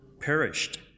perished